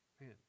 Man